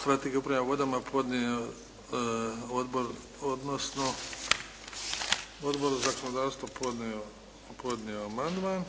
strategije upravljanja vodom podnio Odbor za zakonodavstvo amandman.